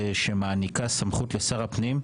שמעניקה סמכות לשר הפנים,